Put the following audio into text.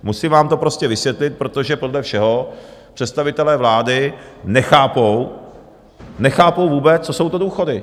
Musím vám to prostě vysvětlit, protože podle všeho představitelé vlády nechápou, nechápou vůbec, co jsou to důchody.